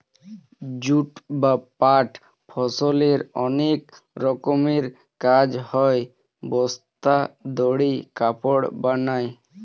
jute বা পাট ফসলের অনেক রকমের কাজ হয়, বস্তা, দড়ি, কাপড় বানায়